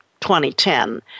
2010